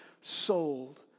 sold